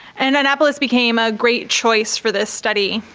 and annapolis became a great choice for this study.